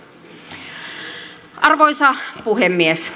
arvoisa puhemies